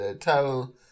tell